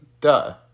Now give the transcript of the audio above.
Duh